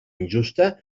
injusta